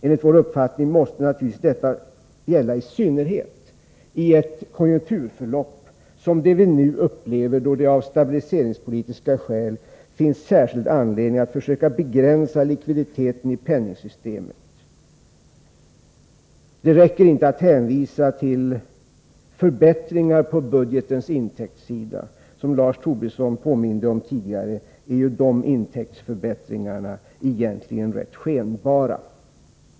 Enligt vår uppfattning måste detta naturligtvis i synnerhet gälla i ett konjunkturförlopp som det vi nu upplever, då det av stabiliseringspolitiska skäl finns särskild anledning att försöka begränsa likviditeten i penningsystemet. Det räcker inte att hänvisa till förbättringar på budgetens intäktssida. Som Lars Tobisson påminde om tidigare är ju de intäktsförbättringarna egentligen rätt skenbara.